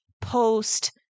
post